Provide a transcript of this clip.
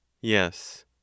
Yes